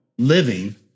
Living